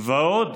ועוד,